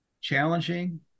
challenging